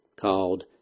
called